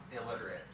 illiterate